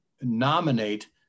nominate